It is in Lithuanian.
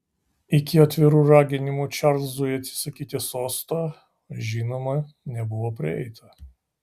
iki atvirų raginimų čarlzui atsisakyti sosto žinoma nebuvo prieita